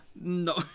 No